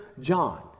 John